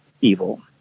evil